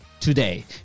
Today